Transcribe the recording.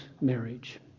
marriage